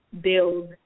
build